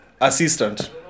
assistant